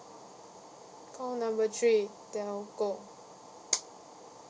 call number three telco